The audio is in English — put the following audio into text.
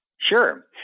Sure